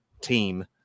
team